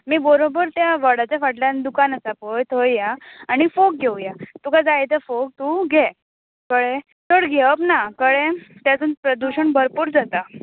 माई बरोबर त्या वडाच्या फाटल्यान दुकान आसा पय थंय या आनी फोग घेवया तुका जाये ते फोग तूं घे कळ्ळे चड घेवप ना कळ्ळे तितून प्रदुशण भरपूर जाता